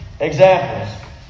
examples